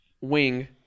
wing